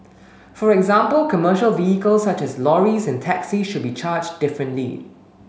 for example commercial vehicles such as lorries and taxis should be charged differently